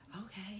Okay